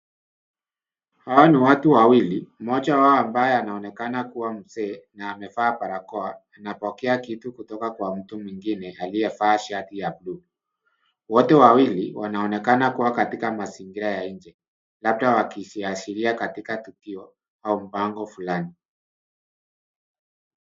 Hawa ni watu wawili, mmoja wao ambaye anaonekana kuwa mzee na amevaa barakoa anapokea kitu kutoka kwa mtu mwingine aliyevaa shati ya buluu. Wote wawili wanaonekana kuwa katika mazingira ya nje labda wakiashiria katika tukio au mpango fulani.